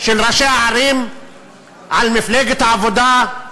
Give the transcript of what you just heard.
של ראשי הערים על מפלגת העבודה,